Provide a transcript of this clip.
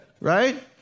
Right